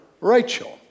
Rachel